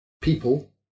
people